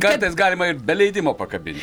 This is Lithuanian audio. kartais galima ir be leidimo pakabin